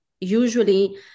usually